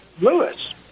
Lewis